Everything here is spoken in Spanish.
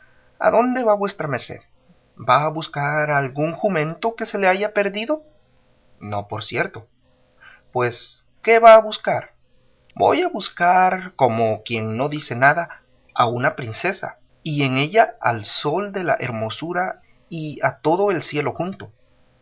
hermano adónde va vuesa merced va a buscar algún jumento que se le haya perdido no por cierto pues qué va a buscar voy a buscar como quien no dice nada a una princesa y en ella al sol de la hermosura y a todo el cielo junto